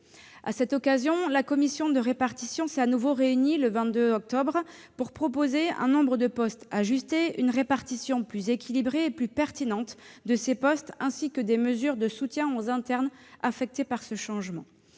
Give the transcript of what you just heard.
la procédure. La commission de répartition s'est de nouveau réunie le 22 octobre dernier pour proposer un nombre de postes ajusté, une répartition plus équilibrée et plus pertinente, ainsi que des mesures de soutien aux internes affectés par ce changement.